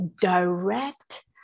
direct